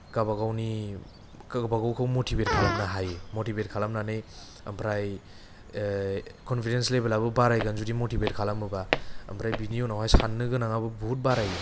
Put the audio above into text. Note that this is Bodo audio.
गावबा गावनि गावबा गावखौ मतिभेत खालामनो हायो मतिभेत खालामनानै ओमफ्राय कन्फिदेन्स लेभेलाबो बारायगोन जुदि मतिभेत खालामोबा ओमफ्राय बिनि उनावहाय सान्नो गोनांआबो बुहुद बारायो